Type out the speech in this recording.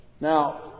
Now